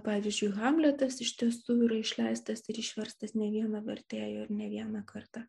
pavyzdžiui hamletas iš tiesų yra išleistas ir išverstas ne vieno vertėjo ir ne vieną kartą